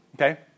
okay